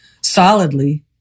solidly